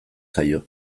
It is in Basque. zaio